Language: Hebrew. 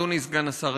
אדוני סגן השר,